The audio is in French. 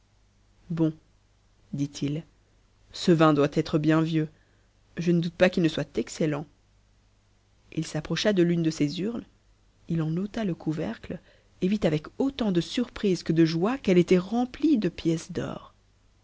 bon dit-il ce vin doit être bien vieux je ne doute pas qu'h ne soit excellent il s'approcha de l'une de ces urnes il en ôta le couvercle et vit avec autant de surprise que de joie qu'elle était remplie de pièces d'or